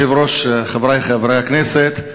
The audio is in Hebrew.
אדוני היושב-ראש, חברי חברי הכנסת,